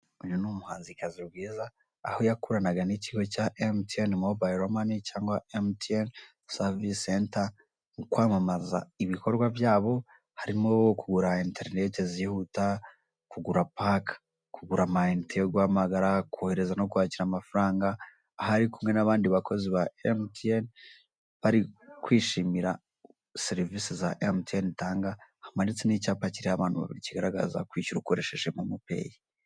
Uyu ni umuhanzikazi Bwiza aho yakoranaga n'ikigo cya Emutiyeni mobayiro mani cyangwa Emutiyeni savisi senta mu kwamamaza ibikorwa byabo harimo kugura interineti zihuta, kugura pake, kugura ama inite yo guhamagara, kohereza no kwakira amafaranga ho ari kumwe n'abandi bakozi ba Emutiyeni bari kwishimira serivisi za Emutiyeni itanga, hamanitse n'icyapa kiriho abantu babiri kigaragaza kwishyura ukoresheje MomoPeyi.